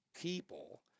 people